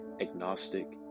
agnostic